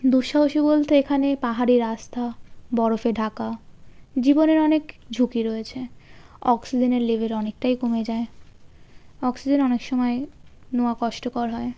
দুঃসাহসী বলতে এখানে পাহাড়ি রাস্তা বরফে ঢাকা জীবনের অনেক ঝুঁকি রয়েছে অক্সিজেনের লেভেল অনেকটাই কমে যায় অক্সিজেন অনেক সময় নেওয়া কষ্টকর হয়